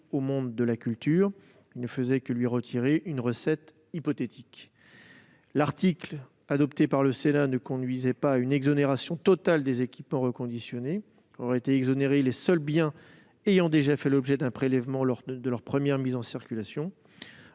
au monde de la culture : elle lui aurait seulement retiré une recette hypothétique. Ensuite, l'article adopté par le Sénat ne conduisait pas à une exonération totale des équipements reconditionnés : auraient été exonérés les seuls biens ayant déjà fait l'objet d'un prélèvement lors de leur première mise en circulation.